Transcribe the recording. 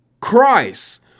Christ